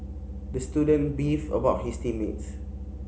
the student beefed about his team mates